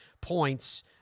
points